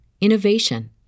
innovation